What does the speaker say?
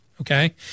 okay